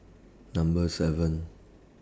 Number seven